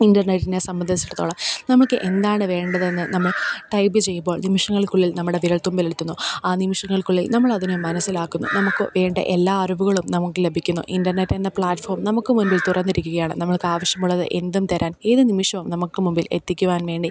ഇൻ്റർനെറ്റിനെ സംബന്ധിച്ചിടത്തോളം നമുക്ക് എന്താണ് വേണ്ടത് എന്നു നമ്മൾ ടൈപ്പ് ചെയ്യുമ്പോൾ നിമിഷങ്ങൾക്കുള്ളിൽ നമ്മുടെ വിരൽത്തുമ്പിൽ എത്തുന്നു ആ നിമിഷങ്ങൾക്കുള്ളിൽ നമ്മൾ അതിനെ മനസ്സിലാക്കുന്നു നമുക്ക് വേണ്ട എല്ലാ അറിവുകളും നമുക്ക് ലഭിക്കുന്നു ഇൻ്റർനെറ്റ് എന്ന പ്ലാറ്റ്ഫോം നമുക്ക് മുൻപിൽ തുറന്നിരിക്കുകയാണ് നമ്മൾക്ക് ആവശ്യമുള്ളത് എന്തും തരാൻ ഏതു നിമിഷവും നമുക്ക് മുൻപിൽ എത്തിക്കുവാൻ വേണ്ടി